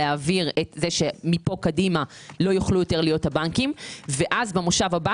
להעביר את זה שמפה קדימה לא יוכלו יותר להיות הבנקים ובמושב הבא